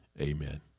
Amen